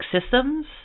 systems